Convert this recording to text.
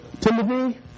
Timothy